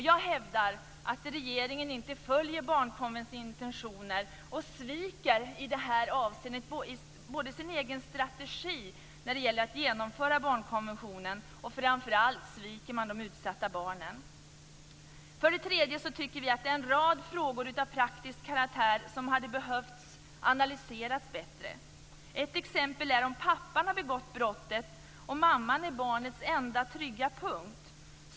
Jag hävdar att regeringen inte följer barnkonventionens intentioner och sviker i detta avseende både sin egen strategi när det gäller att genomföra barnkonventionen och framför allt de utsatta barnen. För det tredje: Vi tycker att det är en rad frågor av praktisk karaktär som hade behövt analyseras bättre. Ett exempel är om pappan har begått brottet och mamman är barnets enda trygga punkt.